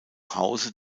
hause